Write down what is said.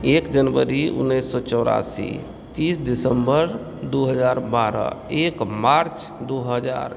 एक जनवरी उन्नैस सए चौरासी तीस दिसम्बर दू हजार बारह एक मार्च दू हजार